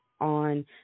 on